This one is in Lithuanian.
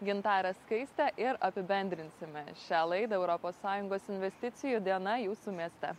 gintare skaiste ir apibendrinsime šią laidą europos sąjungos investicijų diena jūsų mieste